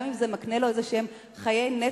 גם אם זה מקנה לו חיי נצח,